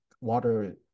water